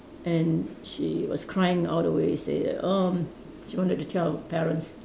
and she was crying all the way say that erm she wanted to tell her parents